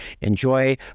enjoy